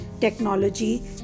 technology